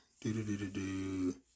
do-do-do-do-do